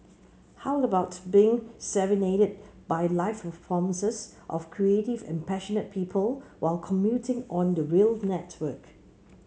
how about being serenaded by live performances of creative and passionate people while commuting on the rail network